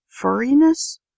furriness